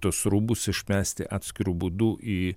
tuos rūbus išmesti atskiru būdu į